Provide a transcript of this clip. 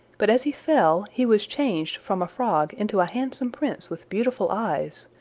but as he fell he was changed from a frog into a handsome prince with beautiful eyes,